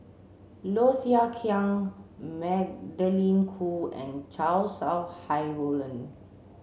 Low Thia Khiang Magdalene Khoo and Chow Sau Hai Roland